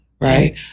right